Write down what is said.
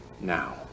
now